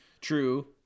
True